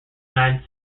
united